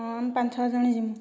ହଁ ଆମ ପାଞ୍ଚ ଛଅ ଜଣ ଜିବୁ